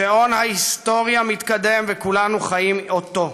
שעון ההיסטוריה מתקדם וכולנו חיים אותו.